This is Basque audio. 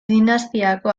dinastiako